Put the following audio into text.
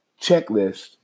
checklist